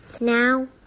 Now